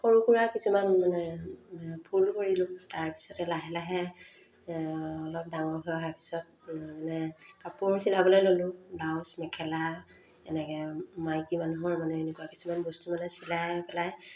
সৰু সুৰা কিছুমান মানে ফুল কৰিলোঁ তাৰপিছতে লাহে লাহে অলপ ডাঙৰ হৈ অহাৰ পিছত মানে কাপোৰ চিলাবলৈ ল'লোঁ ব্লাউজ মেখেলা এনেকৈ মাইকী মানুহৰ মানে এনেকুৱা কিছুমান বস্তু মানে চিলাই পেলাই